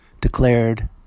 declared